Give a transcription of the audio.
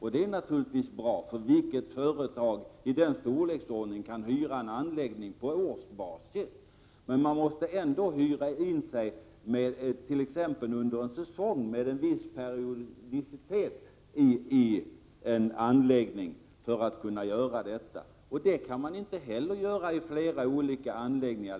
Det är naturligtvis bra, för vilket företag av den storleken kan hyra en anläggning på årsbasis? Men skall man hyra in sig i en anläggning, måste man göra det med en viss periodicitet, t.ex. under en säsong. Det kan man inte göra i flera olika anläggningar.